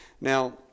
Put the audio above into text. Now